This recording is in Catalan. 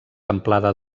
amplada